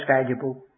valuable